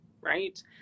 right